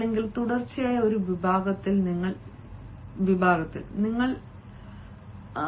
അല്ലെങ്കിൽ തുടർച്ചയായി ഒരു വിഭാഗത്തിൽ നിങ്ങൾ ചെയ്യേണ്ടതില്ല